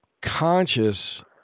conscious